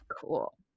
cool